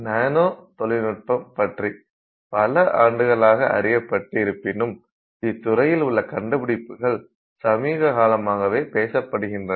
நானோ தொழில்நுட்பம் பற்றி பல ஆண்டுகளாக அறியப்பட்டு இருப்பினும் இத்துறையில் உள்ள கண்டுபிடிப்புகள் சமீப காலமாகவே பேசப்படுகின்றன